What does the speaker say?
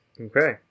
Okay